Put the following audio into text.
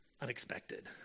unexpected